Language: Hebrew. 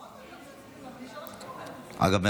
אגב,